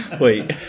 Wait